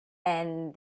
and